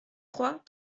trois